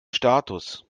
status